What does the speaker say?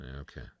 Okay